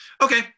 Okay